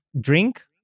drink